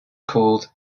called